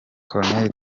col